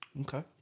Okay